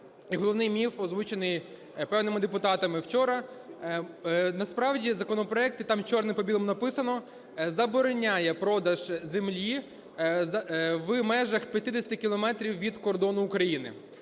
головний міф, озвучений певними депутатами вчора. Насправді законопроект - там чорним по білому написано: забороняє продаж землі в межах 50 кілометрів від кордону України.